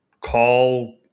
call